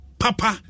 papa